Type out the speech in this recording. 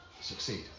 succeed